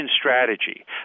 strategy